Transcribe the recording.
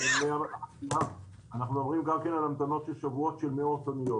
בנמלי אסיה אנחנו מדברים גם כן על המתנות של שבועות של מאות אוניות.